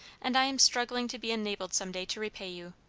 and i am struggling to be enabled some day to repay you.